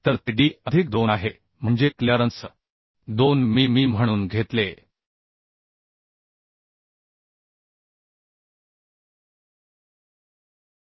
आणि हे शिअर किंवा हाताच्या चौकटीच्या कार्टेजच्या बाबतीत आहे हे शिअर किंवा ह्याँड फ्रेम कार्टजेस आणि ते गुंडाळलेल्या बाबतीत छिद्राच्या व्यासाच्या 1